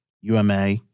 UMA